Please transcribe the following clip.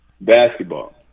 Basketball